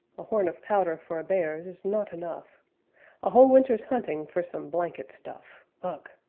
a horn of powder for a bear's is not enough a whole winter's hunting for some blanket stuff ugh!